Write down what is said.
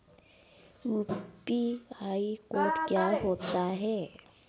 UPI code क्या होता है?